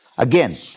Again